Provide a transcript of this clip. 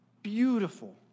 Beautiful